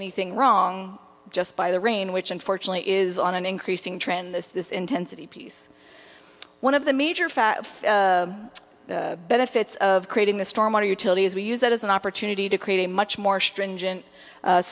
anything wrong just by the rain which unfortunately is on an increasing trend as this intensity piece one of the major fab benefits of creating the storm or utility as we use that as an opportunity to create a much more stringent